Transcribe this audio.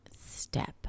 step